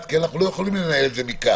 כי אנחנו לא יכולים לנהל את זה מכאן.